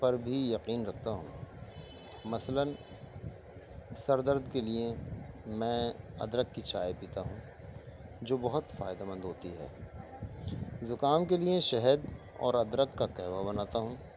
پر بھی یقین رکھتا ہوں مثلاً سر درد کے لیے میں ادرک کی چائے پیتا ہوں جو بہت فائدے مند ہوتی ہے زکام کے لیے شہد اور ادرک کا قہوہ بناتا ہوں